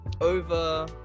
over